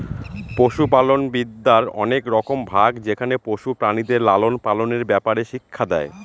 পশুপালনবিদ্যার অনেক রকম ভাগ যেখানে পশু প্রাণীদের লালন পালনের ব্যাপারে শিক্ষা দেয়